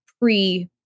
pre